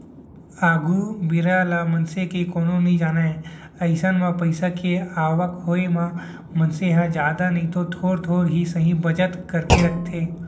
आघु बेरा ल मनसे के कोनो नइ जानय अइसन म पइसा के आवक होय म मनसे ह जादा नइतो थोर थोर ही सही बचत करके रखथे